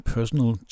Personal